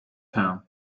town